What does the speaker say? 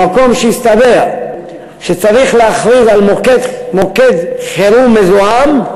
במקום שיסתבר שצריך להכריז על מוקד חירום מזוהם,